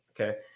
Okay